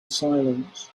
silence